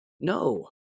No